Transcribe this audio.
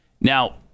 Now